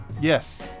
Yes